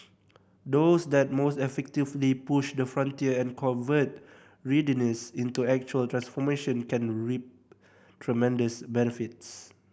those that most effectively push the frontier and convert readiness into actual transformation can reap tremendous benefits